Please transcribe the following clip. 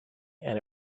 and